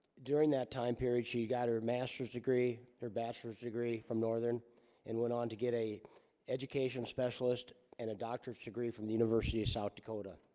during that time period she got her master's degree her bachelor's degree from northern and went on to get a education specialist and a doctor's degree from the university of south dakota